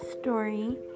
story